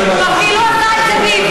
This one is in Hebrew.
סוחר בנשים.